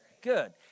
Good